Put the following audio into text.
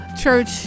church